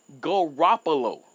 Garoppolo